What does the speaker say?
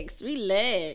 Relax